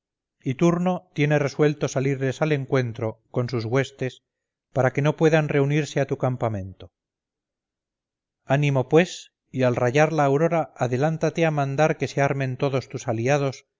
y turno tiene resuelto salirles al encuentro con sus huestes para que no puedan reunirse a tu campamento ánimo pues y al rayar la aurora adelántate a mandar que se armen todos tus aliados